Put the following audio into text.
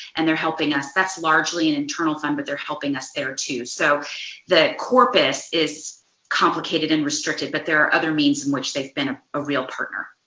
and they're helping us that's largely an internal fund but they're helping us there too. so the corpus is complicated and restricted but there are other means in which they've been a real partner.